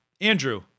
Andrew